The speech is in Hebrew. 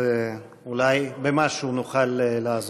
אז אולי במשהו נוכל לעזור.